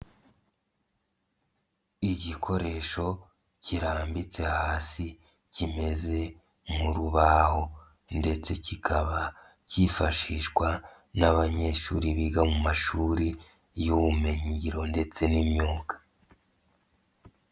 Igikoresho kirambitse hasi, kimeze nk'urubaho ndetse kikaba cyifashishwa n'abanyeshuri biga mu mashuri y'ubumenyigiro ndetse n'imyuga.